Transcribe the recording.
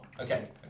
Okay